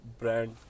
brand